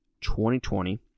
2020